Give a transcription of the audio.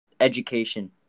education